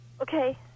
Okay